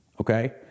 okay